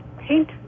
paint